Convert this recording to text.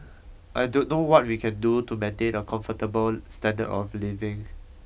I don't know what we can do to maintain a comfortable standard of living